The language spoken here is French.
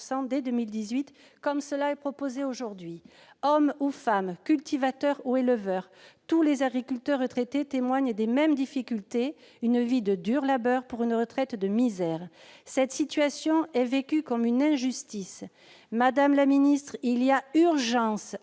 dès 2018, comme nous le proposons aujourd'hui. Hommes ou femmes, cultivateurs ou éleveurs, tous les agriculteurs retraités témoignent des mêmes difficultés : une vie de dur labeur pour une retraite de misère ! Cette situation est vécue comme une injustice. Madame la ministre, il y a urgence à